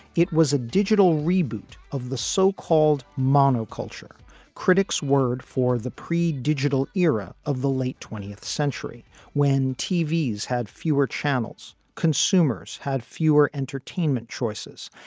it was a digital reboot of the so-called monoculture critics word for the pre-digital era of the late twentieth century when t v s had fewer channels. consumers had fewer entertainment choices.